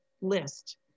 list